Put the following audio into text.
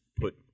put